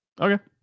okay